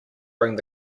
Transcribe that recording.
going